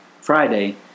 Friday